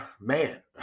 man